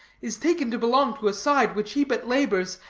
is taken to belong to a side which he but labors,